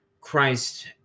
Christ